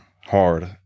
hard